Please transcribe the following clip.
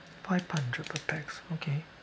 five hundred per pax okay